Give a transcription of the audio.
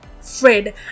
Fred